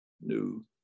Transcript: new